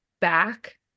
back